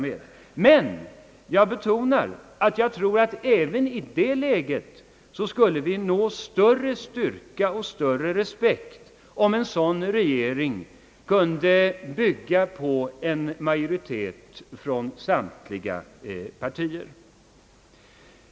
Men jag betonar att jag tror att vi även i det läget skulle nå större styrka och större respekt, om en sådan regering kunde bygga på en majoritet från samtliga partier.